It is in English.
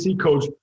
coach